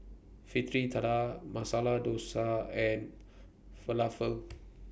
Fritada Masala Dosa and Falafel